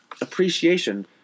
appreciation